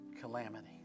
calamity